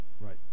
Right